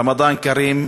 רמדאן כרים.